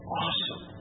awesome